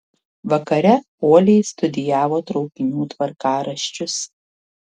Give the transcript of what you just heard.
vakare uoliai studijavo traukinių tvarkaraščius